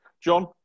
john